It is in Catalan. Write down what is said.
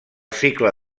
cicle